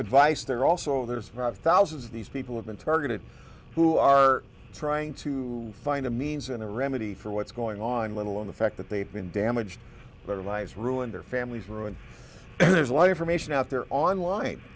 advice there also there's five thousand of these people have been targeted who are trying to find a means and a remedy for what's going on little on the fact that they've been damaged their lives ruined their families ruined his life or mation out their onli